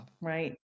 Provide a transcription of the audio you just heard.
right